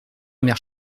mères